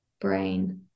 brain